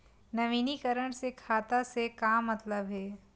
नवीनीकरण से खाता से का मतलब हे?